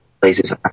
places